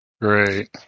Great